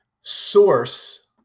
source